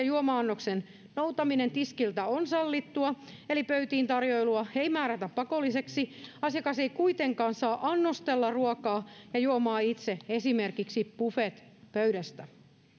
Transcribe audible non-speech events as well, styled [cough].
[unintelligible] juoma annoksen noutaminen tiskiltä on sallittua eli pöytiintarjoilua ei määrätä pakolliseksi asiakas ei kuitenkaan saa annostella ruokaa ja juomaa itse esimerkiksi buffetpöydästä